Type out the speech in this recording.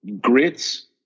grits